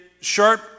sharp